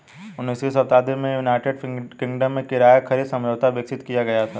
उन्नीसवीं शताब्दी में यूनाइटेड किंगडम में किराया खरीद समझौता विकसित किया गया था